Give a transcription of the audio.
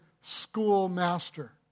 schoolmaster